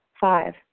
Five